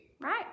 right